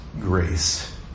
grace